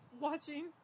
watching